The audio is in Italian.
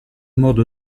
modo